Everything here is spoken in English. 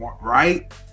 right